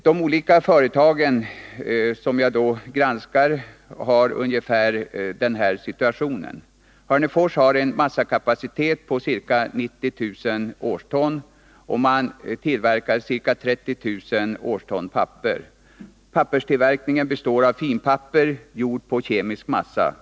De olika företag som jag då tänker granska har ungefär följande situation: Hörnefors har en massakapacitet på ca 90 000 årston, och man tillverkar ca 30 000 årston papper. Papperstillverkningen består av finpapper, gjort på kemisk massa.